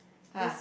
this